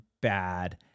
bad